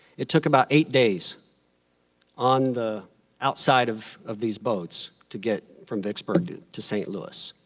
it took about eight days on the outside of of these boats to get from vicksburg to to st. louis.